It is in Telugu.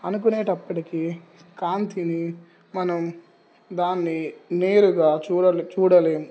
అనుకునేటప్పటికీ కాంతిని మనం దాన్ని నేరుగా చూడలే చూడలేము